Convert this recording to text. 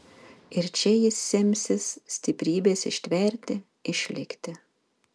iš čia jis semsis stiprybės ištverti išlikti